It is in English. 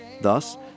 Thus